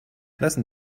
lassen